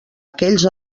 aquells